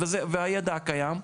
והידע קיים.